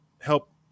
help